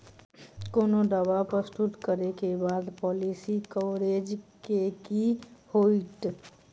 कोनो दावा प्रस्तुत करै केँ बाद पॉलिसी कवरेज केँ की होइत?